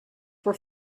for